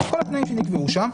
כל התנאים שנקבעו שם,